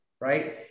right